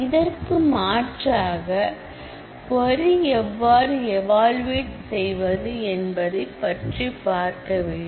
இதற்கு மாற்றாக க்வரி எவ்வாறு ஏவாளுவட் செய்வது என்பதை பற்றி பார்க்க வேண்டும்